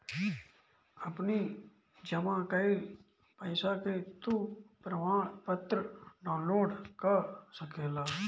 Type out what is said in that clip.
अपनी जमा कईल पईसा के तू प्रमाणपत्र डाउनलोड कअ सकेला